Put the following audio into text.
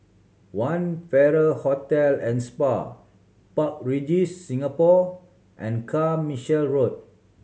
One Farrer Hotel and Spa Park Regis Singapore and Carmichael Road